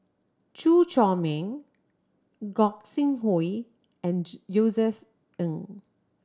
Chew Chor Meng Gog Sing Hooi and Josef Ng